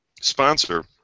sponsor